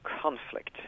conflict